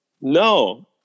no